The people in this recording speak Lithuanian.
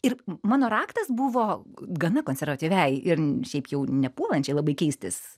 ir mano raktas buvo gana konservatyviai ir šiaip jau nepuolančiai labai keistis